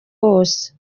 wose